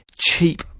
cheap